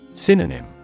Synonym